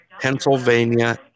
Pennsylvania